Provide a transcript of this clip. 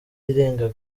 irenga